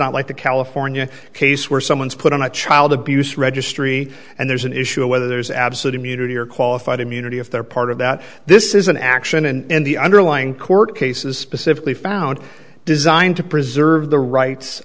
not like the california case where someone's put on a child abuse registry and there's an issue of whether there's absolute immunity or qualified immunity if they're part of that this is an action and the underlying court cases specifically found designed to preserve the rights